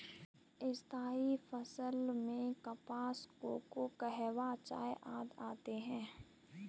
स्थायी फसल में कपास, कोको, कहवा, चाय आदि आते हैं